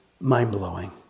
mind-blowing